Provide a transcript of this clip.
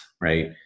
right